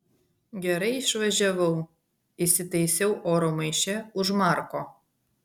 gerai išvažiavau įsitaisiau oro maiše už marko